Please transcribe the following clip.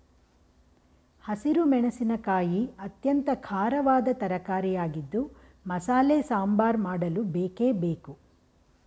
ಹಸಿರು ಮೆಣಸಿನಕಾಯಿ ಅತ್ಯಂತ ಖಾರವಾದ ತರಕಾರಿಯಾಗಿದ್ದು ಮಸಾಲೆ ಸಾಂಬಾರ್ ಮಾಡಲು ಬೇಕೇ ಬೇಕು